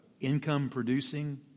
income-producing